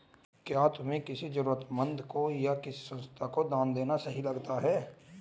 क्या तुम्हें किसी जरूरतमंद को या किसी संस्था को दान देना सही लगता है?